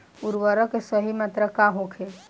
उर्वरक के सही मात्रा का होखे?